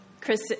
Chris